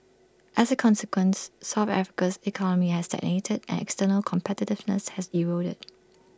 as A consequence south Africa's economy has stagnated and external competitiveness has eroded